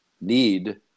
need